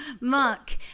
mark